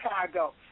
Chicago